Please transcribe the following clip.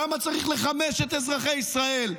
למה צריך לחמש את אזרחי ישראל?